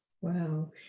Wow